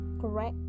correct